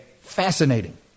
Fascinating